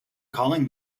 calling